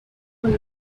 for